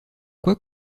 quoi